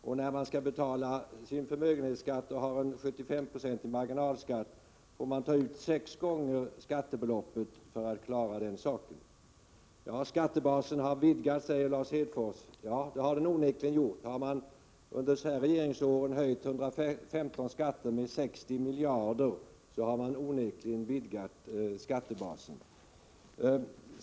Och när man skall betala sin förmögenhetsskatt och har en 75-procentig marginalskatt, får man ta ut sex gånger skattebeloppet för att klara av det. Skattebasen har vidgats, säger Lars Hedfors. Ja, onekligen. Har man under de socialdemokratiska regeringsåren höjt 115 skatter med 60 miljarder, då har man onekligen vidgat skattebasen.